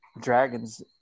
dragons